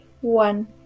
one